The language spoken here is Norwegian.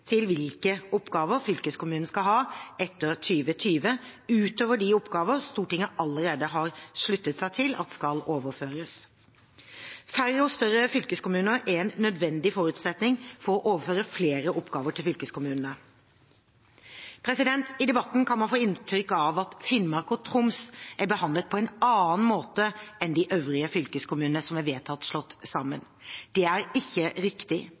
til hvilke oppgaver fylkeskommunene skal ha etter 2020, utover de oppgaver Stortinget allerede har sluttet seg til skal overføres. Færre og større fylkeskommuner er en nødvendig forutsetning for å overføre flere oppgaver til fylkeskommunene. I debatten kan man få inntrykk av at Finnmark og Troms er behandlet på en annen måte enn de øvrige fylkeskommunene som er vedtatt slått sammen. Det er ikke riktig.